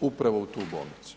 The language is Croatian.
upravo u tu bolnicu.